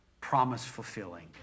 promise-fulfilling